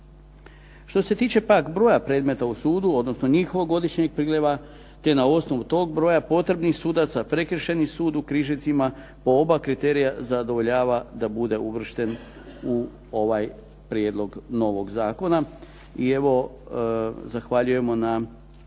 Što se tiče pak broja predmeta u sudu, odnosno njihovog godišnjeg priljeva te na osnovu tog broja potrebnih sudaca, Prekršajni sud u Križevcima u oba kriterija zadovoljava da bude uvršten u ovaj prijedlog novog zakona.